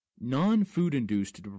Non-food-induced